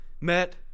met